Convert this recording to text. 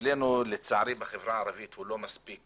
אצלנו בחברה הערבית לצערי הוא לא מספיק